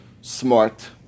smart